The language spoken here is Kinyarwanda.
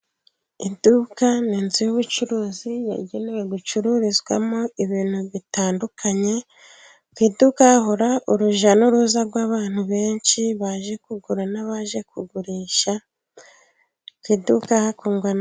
Iduka ni inzu y'ubucuruzi yagenewe gucururizwamo ibintu bitandukanye. Ku iduka hahurira urujya n'uruza rw'abantu benshi baje kugura n'abaje kugurisha.